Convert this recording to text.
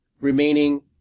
remaining